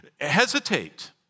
hesitate